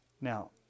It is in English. Now